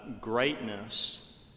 greatness